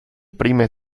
prime